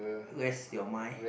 where's your mind